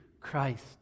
Christ